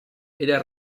era